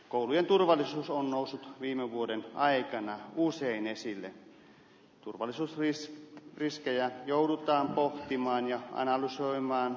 koulujen turvallisuus on noussut viime vuoden aikana usein esille turvallisuusris riskejä joudutaan pohtimaan ja analysoimaan